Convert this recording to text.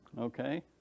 Okay